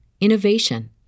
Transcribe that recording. innovation